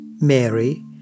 Mary